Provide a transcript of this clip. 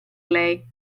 lei